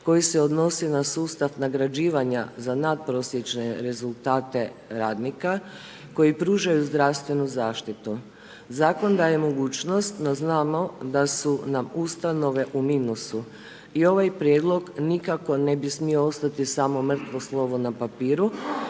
koji se odnosi na sustav nagrađivanja za natprosječne rezultate radnika koji pružaju zdravstvenu zaštitu. Zakon daje mogućnost da znamo da su nam ustanove u minusu i ovaj Prijedlog nikako ne bi smio ostati samo mrtvo slovo na papiru,